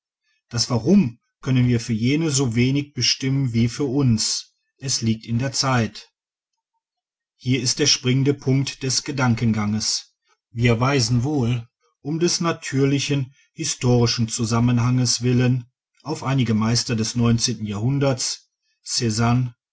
das warum können wir für jene so wenig bestimmen wie für uns es liegt in der zeit hier ist der springende punkt des gedankenganges wir weisen wohl um des natürlichen historischen zusammenhanges willen auf einige meister des neunzehnten jahrhunderts